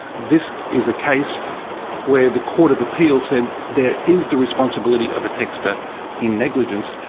this is a case where the court of appeal said there is the responsibility of a texter in negligence,